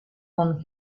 con